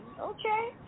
Okay